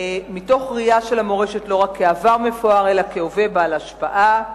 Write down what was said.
מתוך ראייה של המורשת לא רק כעבר מפואר אלא כהווה בעל השפעה.